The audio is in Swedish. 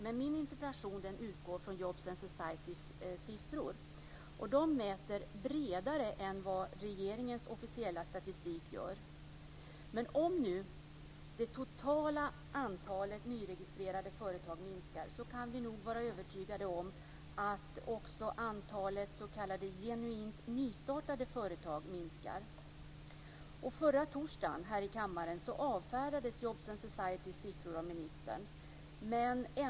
Min interpellation utgår från De mäter bredare än vad regeringens officiella statistik gör. Men om nu det totala antalet nyregistrerade företag minskar så kan vi nog vara övertygade om att också antalet s.k. genuint nystartade företag minskar. Förra torsdagen avfärdades här i kammaren Jobs and Societys siffror av ministern.